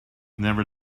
never